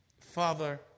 Father